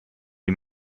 die